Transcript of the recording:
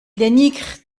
dénigre